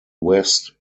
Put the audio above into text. west